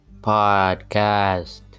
podcast